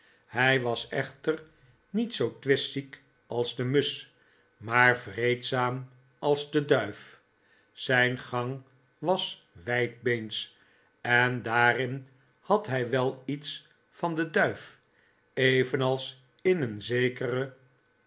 hij was echter niet zoo twistziek als de musch maar vreedzaam als de duif zijn gang was wijdbeens en daarin had hij wel iets van de duif evenals in een zekere